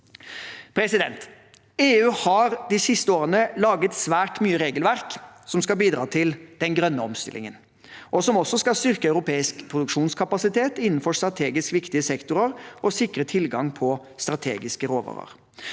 EU har de siste årene lagd svært mye regelverk som skal bidra til den grønne omstillingen, og som også skal styrke europeisk produksjonskapasitet innenfor strategisk viktige sektorer og sikre tilgang på strategiske råvarer.